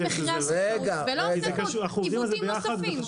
מחירי השכירות ולא עושה עיוותים נוספים.